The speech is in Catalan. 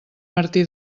martí